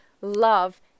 love